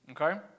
Okay